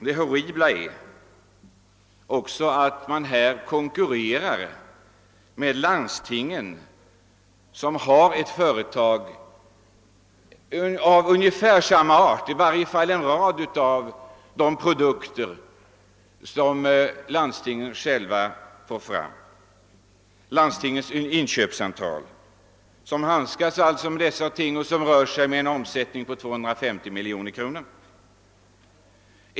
Det horribla är att man här också skall konkurrera i fråga om en rad produkter med landstingen, som har ett företag av ungefär samma art, Landstingens inköpscentral, som har en omsättning på 250 miljoner kronor.